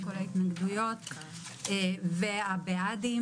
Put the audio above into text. כל ההתנגדויות והבעדים.